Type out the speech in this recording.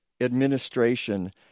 administration